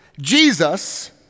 Jesus